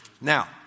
Now